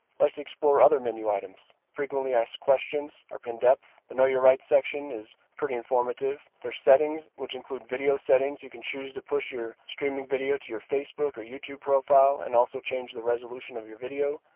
let's explore other menu items. frequently asked questions are in-depth. the know your rights section is pretty informative. there's settings, which include video settings you can choose to push your streaming video to your facebook or youtube profile and also change the resolution of your video.